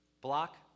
block